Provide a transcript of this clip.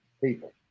people